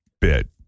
bit